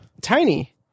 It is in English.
Tiny